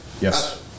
yes